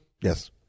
Yes